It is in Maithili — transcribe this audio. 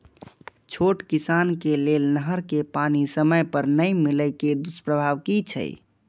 छोट किसान के लेल नहर के पानी समय पर नै मिले के दुष्प्रभाव कि छै?